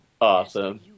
awesome